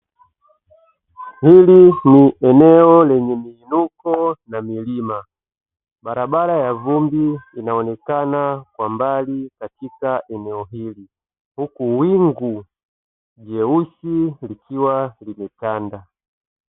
Hili ni eneo lenye muinuko na milima, barabara ya vumbi inaonekana kwa mbali katika eneo hili, huku wingu jeusi likiwa limetanda.